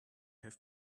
had